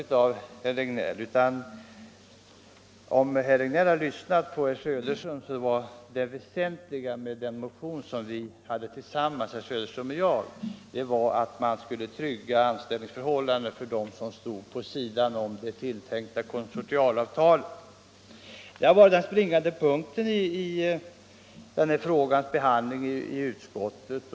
Om herr Regnéll hade lysnat till herr Söderströms anförande, hade han fått höra att det väsentliga med den motion herr Söderström och jag hade tillsammans var att trygga anställningsförhållandena för dem som stod på sidan om det tilltänkta konsortialavtalet. Det har varit den springande punkten i den här frågans behandling i utskottet.